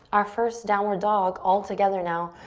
our first downward dog. all together now.